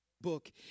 book